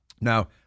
Now